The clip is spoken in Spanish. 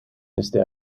desde